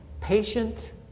patient